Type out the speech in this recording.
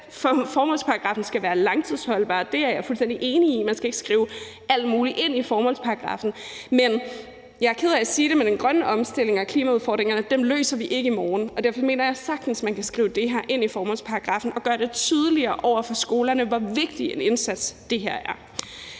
at formålsparagraffen skal være langtidsholdbar, er jeg fuldstændig enig i. Man skal ikke skrive alt muligt ind i formålsparagraffen. Jeg er ked af at sige det, men den grønne omstilling og klimaudfordringerne klarer vi ikke i morgen, og derfor mener jeg, at man sagtens kan skrive det her ind i formålsparagraffen og gøre det tydeligere over for skolerne, hvor vigtig en indsats det her er.